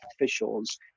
officials